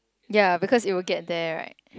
ya because it will get there right